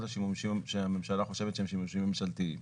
השימושים שהממשלה חושבת שהם שימושים ממשלתיים.